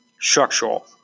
structural